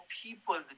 people